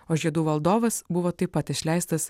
o žiedų valdovas buvo taip pat išleistas